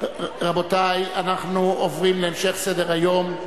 אנחנו עוברים להמשך סדר-היום.